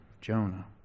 Jonah